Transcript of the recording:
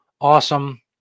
Awesome